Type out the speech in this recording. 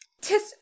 Tis